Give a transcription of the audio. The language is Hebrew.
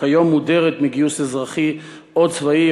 שכיום מודרת מגיוס אזרחי או צבאי,